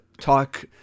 talk